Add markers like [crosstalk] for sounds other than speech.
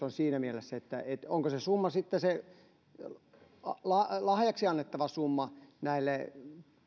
[unintelligible] on aistittavissa onko se summa sitten se euroopan kautta lahjaksi annettava summa näille